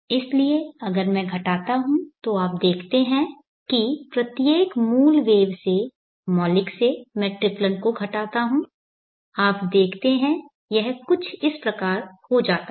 इसलिए अगर मैं घटाता हूं तो आप देखते हैं कि प्रत्येक मूल वेव से मौलिक से मैं ट्रिप्लन को घटाता हूं आप देखते हैं यह कुछ इस प्रकार हो जाता है